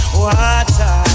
water